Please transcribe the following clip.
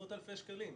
עשרות אלפי שקלים.